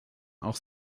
auch